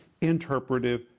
Interpretive